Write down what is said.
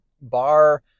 bar